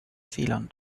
fehlern